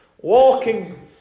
walking